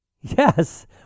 Yes